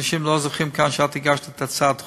אנשים לא זוכרים כאן שאת הגשת את הצעת החוק.